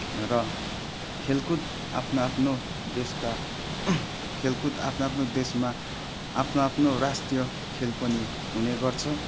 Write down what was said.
र खेलकुद आफ्नो आफ्नो देशका खेलकुद आफ्नो आफ्नो देशमा आफ्नो आफ्नो राष्ट्रिय खेल पनि हुनेगर्छ